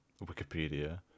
Wikipedia